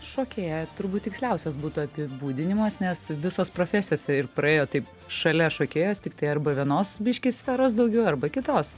šokėja turbūt tiksliausias būtų apibūdinimas nes visos profesijose ir praėjo taip šalia šokėjos tiktai arba vienos biškį sferos daugiau arba kitos